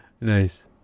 Nice